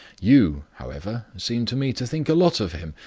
you, however, seem to me to think a lot of him,